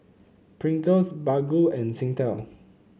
Pringles Baggu and Singtel